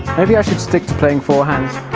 maybe i should stick to playing forehand.